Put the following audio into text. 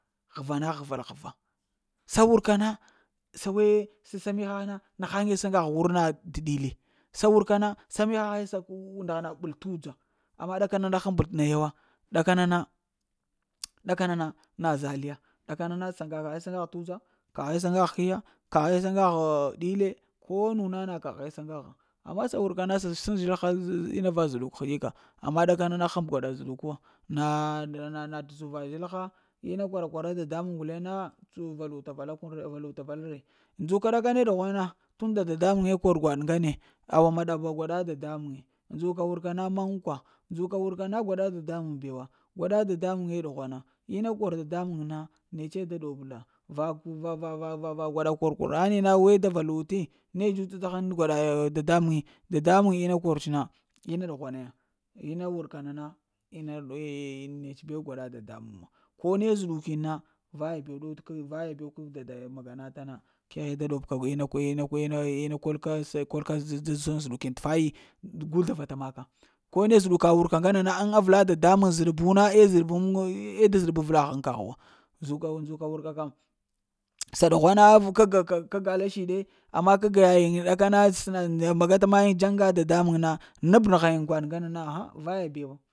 Ghəva na ghəva rgha sa wurka na sawe sa mighah na nahaɗe saŋgah t'wurna də ɗilli sa wurka na sa mihahe sa na ɓəl t'udzar, amma ɗakana na həmbəl t'naya wa, ɗaka nana ɗakana na na zal ya, da ka na na kaghe saŋgah t'uza ka ghe saŋgah hiya, kaghe saŋgah t'udza ka ghe saŋgah hiya, kaghe saŋgah ɗive ko nu na na kaghe saŋga ha. Amma sa wurka na sa sən zhil ha t'ina va zəɗuk həɗika, amma dakana na həmbə gwaɗa zəɗuk wa na nan na t'zuva zəlha ina kwara-kwara dadamuŋ guleŋ na uv vak tu vala kun re valuta kuni, ndzuka ɗakane ɗughwana tun da dadamuŋe kor gwaɗ ŋgane, awa ma ɗaba gwaɗa dada muŋe ndzuka wurka na mankwa ndzuka wurka na gwaɗa da da muŋ bewa, gwaɗa dada muŋe ɗughwana ina kor dada muŋ na netse da ɗub la va-va-va-va gwaɗa kor kurani wer da vakuti ne da dzu-dzuta ta haŋ gwaɗa dadamuŋ dadamuŋ ina kor ts'na ina ɗughwana ya. Ina wurka na na eh-eh nets be gwaɗa dadamuŋ wa, ko ne zədukiŋ na, vaya bew kor vaya bew ka dada kura nata na, keghe a ɓobka ina ina ina-ina kol ka kəl ka sən zəɗukin t'fayi. Gu zlavata maka ko ne zəɗuka wurka ŋgana na ŋavla dadamuŋ zəɗ bu na eh avla haŋ kagh na da zəɗ buwo ndzuka wurka kəm sa ɗughwana ka gu ka kag lasiɗe amma kag nayiŋ ɗakana səna nda magata mayiŋ dzaŋga dada mun na nab nəghayin gwaɗ ŋgana pha vaya bewa